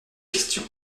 questions